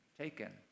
taken